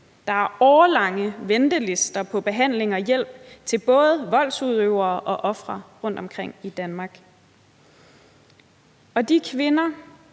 Der er årelange ventelister på behandling og hjælp til både voldsudøvere og ofre rundt omkring i Danmark. Og de kvinder,